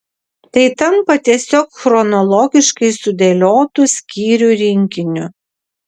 tai tampa tiesiog chronologiškai sudėliotu skyrių rinkiniu